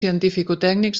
cientificotècnics